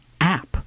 app